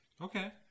Okay